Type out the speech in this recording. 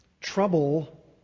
trouble